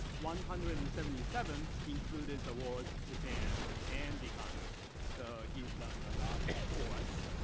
one hundred and seventy seven included the words japan and economy. so he's done a lot for us,